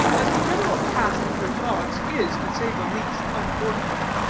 that the general cast of your thoughts is, to say the least, unfortunate.